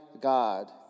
God